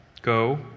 go